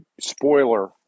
spoiler